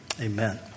amen